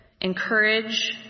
encourage